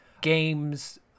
Games